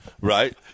right